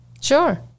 Sure